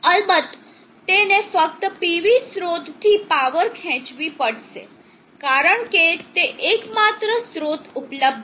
અલબત્ત તેણે ફક્ત PV સ્રોતથી પાવર ખેંચવી પડશે કારણ કે તે એકમાત્ર સ્રોત ઉપલબ્ધ છે